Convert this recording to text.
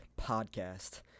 podcast